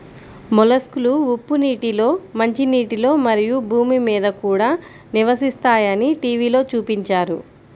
మొలస్క్లు ఉప్పు నీటిలో, మంచినీటిలో, మరియు భూమి మీద కూడా నివసిస్తాయని టీవిలో చూపించారు